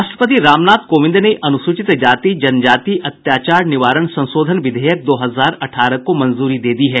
राष्ट्रपति रामनाथ कोविंद ने अनुसूचित जाति जनजाति अत्याचार निवारण संशोधन विधेयक दो हजार अठारह को मंजूरी दे दी है